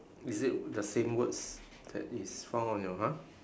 is it the same words that is found on your one